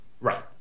Right